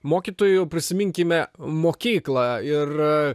mokytoju prisiminkime mokyklą ir